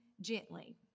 gently